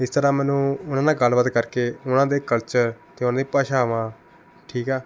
ਇਸ ਤਰ੍ਹਾਂ ਮੈਨੂੰ ਉਨ੍ਹਾਂ ਨਾਲ ਗੱਲਬਾਤ ਕਰਕੇ ਉਨ੍ਹਾਂ ਦੇ ਕਲਚਰ ਅਤੇ ਉਨ੍ਹਾਂ ਦੀਆਂ ਭਾਸ਼ਾਵਾਂ ਠੀਕ ਹੈ